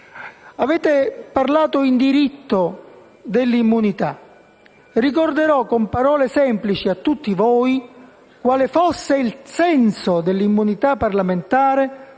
Avete parlato in diritto dell'immunità. Ricorderò con parole semplici a tutti voi quale fosse il senso dell'immunità parlamentare,